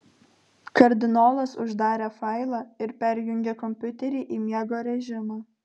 kardinolas uždarė failą ir perjungė kompiuterį į miego režimą